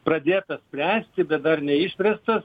pradėtas spręsti bet dar neišspręstas